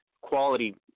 quality